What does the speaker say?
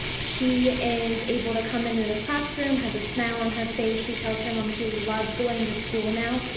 she is able to come into the classroom, has a smile on her face, she tells her mom she loves going to school now.